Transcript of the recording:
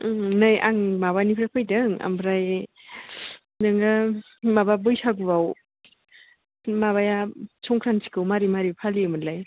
उम नै आं माबानिफ्राय फैदों आमफ्राय नोङो माबा बैसगुआव बे माबाया संख्रानथिखौ मारै मारै फालियोमोनलाय